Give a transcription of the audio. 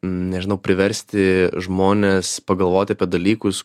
nežinau priversti žmones pagalvoti apie dalykus